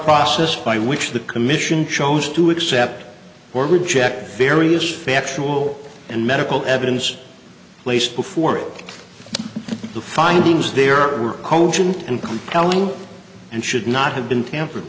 process by which the commission chose to accept or reject various factual and medical evidence placed before it the findings there were cogent and compelling and should not have been tampered